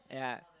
yeah